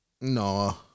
No